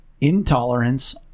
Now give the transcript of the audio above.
intolerance